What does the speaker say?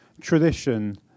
tradition